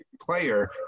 player